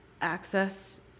access